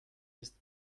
ist